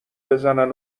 بزنن